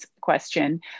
question